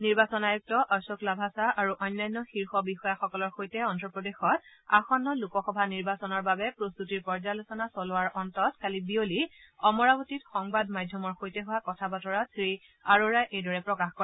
নিৰ্বাচন আয়ুক্ত অশোক লাভাছা আৰু অন্যান্য শীৰ্ষ বিষয়াসকলৰ সৈতে অন্ধ্ৰপ্ৰদেশত আসন্ন লোকসভা নিৰ্বাচনৰ বাবে প্ৰস্তুতিৰ পৰ্যালোচনা চলোৱাৰ অন্তত কালি বিয়লি অমৰাৱতীত সংবাদ মাধ্যমৰ সৈতে হোৱা কথা বতৰাত শ্ৰীআৰোৰাই এইদৰে প্ৰকাশ কৰে